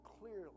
clearly